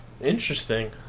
Interesting